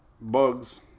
Bugs